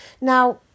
now